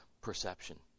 perception